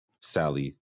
Sally